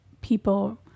people